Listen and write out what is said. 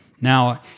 Now